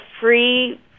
free